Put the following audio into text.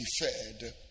deferred